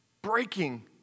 breaking